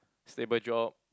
stable job